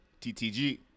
TTG